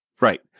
right